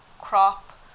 crop